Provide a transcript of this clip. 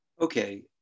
Okay